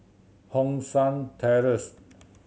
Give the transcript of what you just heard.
Hong San Terrace